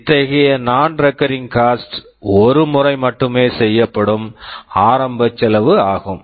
இத்தகைய நான் recurring cost non recurring cost ஒரு முறை மட்டுமே செய்யப்படும் ஆரம்ப செலவு ஆகும்